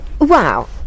Wow